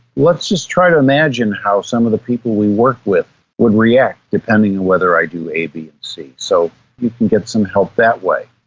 let's just try to imagine how some of the people we work with would react depending on whether i do a, b or c. so you can get some help that way.